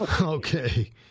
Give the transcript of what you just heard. Okay